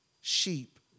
sheep